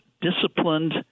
disciplined